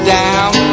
down